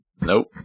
Nope